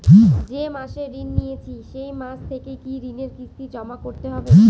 যে মাসে ঋণ নিয়েছি সেই মাস থেকেই কি ঋণের কিস্তি জমা করতে হবে?